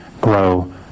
grow